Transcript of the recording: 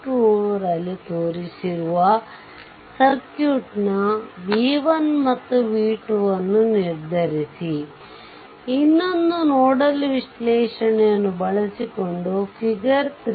2 ರಲ್ಲಿ ತೋರಿಸಿರುವ ಸರ್ಕ್ಯೂಟ್ನ v1 ಮತ್ತು v2 ನ್ನು ನಿರ್ಧರಿಸಿ ಇನ್ನೊಂದು ನೋಡಲ್ ವಿಶ್ಲೇಷಣೆಯನ್ನು ಬಳಸಿಕೊಂಡು ಫಿಗರ್ 3